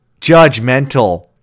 judgmental